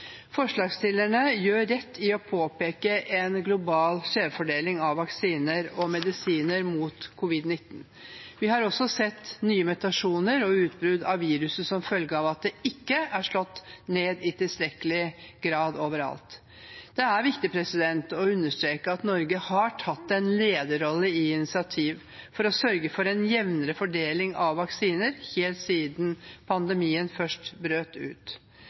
Forslagsstillerne gjør rett i å påpeke en global skjevfordeling av vaksiner og medisiner mot covid-19. Vi har også sett nye mutasjoner og utbrudd av viruset som følge av at det ikke er slått ned i tilstrekkelig grad overalt. Det er viktig å understreke at Norge har tatt en lederrolle i initiativ for å sørge for en jevnere fordeling av vaksiner, helt siden pandemien først brøt ut.